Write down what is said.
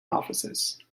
offices